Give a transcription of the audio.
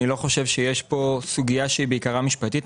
אני לא חושב שיש פה סוגיה שהיא בעיקרה משפטית.